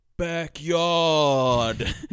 backyard